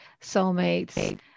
soulmates